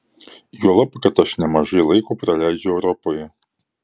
juolab kad aš nemažai laiko praleidžiu europoje